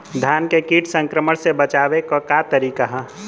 धान के कीट संक्रमण से बचावे क का तरीका ह?